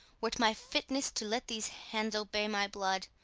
were't my fitness to let these hands obey my blood.